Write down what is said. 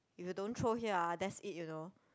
if you don't throw here ah that's it you know